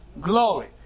Glory